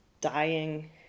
dying